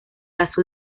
azul